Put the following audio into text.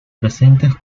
presentes